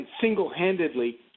single-handedly